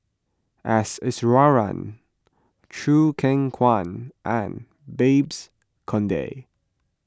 S Iswaran Choo Keng Kwang and Babes Conde